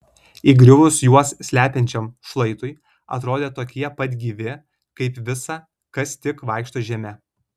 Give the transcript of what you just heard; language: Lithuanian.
įgriuvus juos slepiančiam šlaitui atrodė tokie pat gyvi kaip visa kas tik vaikšto žeme